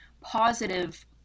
positive